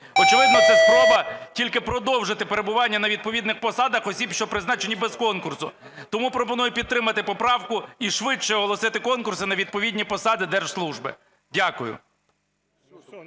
Очевидно, це спроба тільки продовжити перебування на відповідних посадах осіб, що призначені без конкурсу. Тому пропоную підтримати поправку і швидше оголосити конкурси на відповідні посади держслужби. Дякую.